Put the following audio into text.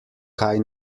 kaj